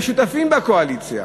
מהשותפים בקואליציה.